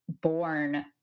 born